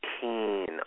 keen